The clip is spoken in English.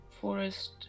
Forest